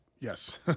Yes